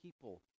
people